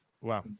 Wow